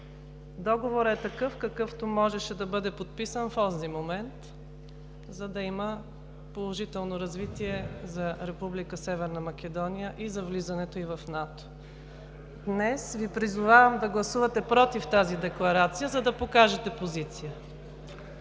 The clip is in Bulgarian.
Договорът е такъв, какъвто можеше да бъде подписан в онзи момент, за да има положително развитие за Република Северна Македония и за влизането ѝ в НАТО. Днес Ви призовавам да гласувате „против“ тази декларация, за да покажете позиция.